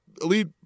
elite